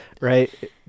Right